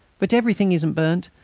but everything isn't burnt,